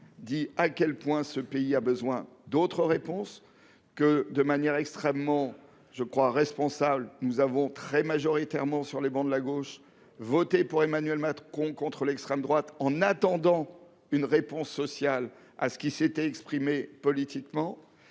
à quel point notre pays a besoin d'autres réponses. De manière extrêmement responsable, nous avons très majoritairement, dans les rangs de la gauche, voté pour Emmanuel Macron contre l'extrême droite, dans l'attente d'une réponse sociale à ce qui s'était exprimé politiquement.